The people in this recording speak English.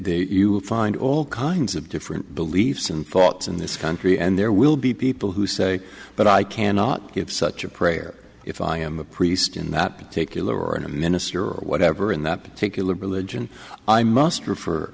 will find all kinds of different beliefs and thoughts in this country and there will be people who say but i cannot give such a prayer if i am a priest in that particular a minister or whatever in that particular religion i must refer